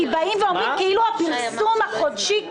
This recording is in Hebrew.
כי באים ואומרים כאילו הפרסום החודשי,